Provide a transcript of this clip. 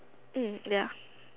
ya